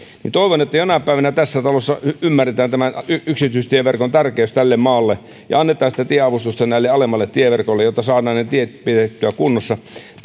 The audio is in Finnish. toivon että jonain päivänä tässä talossa ymmärretään yksityistieverkon tärkeys tälle maalle ja annetaan sitä tieavustusta tälle alemmalle tieverkolle jotta saadaan ne tiet pidettyä kunnossa